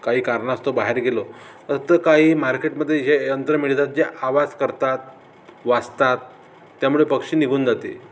काही कारणास्तव बाहेर गेलो तर तर काही मार्केटमध्ये जे यंत्रं मिळतात जे आवाज करतात वाजतात त्यामुळे पक्षी निघून जाते